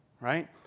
right